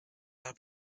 have